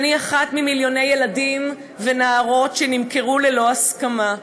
ואני אחת ממיליוני ילדים ונערות שנמכרו ללא הסכמה.